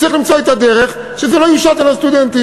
צריך למצוא את הדרך שזה לא יושת על הסטודנטים.